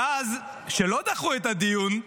ואז, כשלא דחו את הדיון,